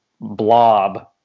blob